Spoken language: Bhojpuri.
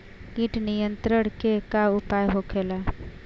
कीट नियंत्रण के का उपाय होखेला?